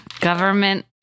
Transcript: Government